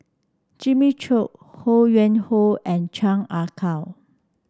Jimmy Chok Ho Yuen Hoe and Chan Ah Kow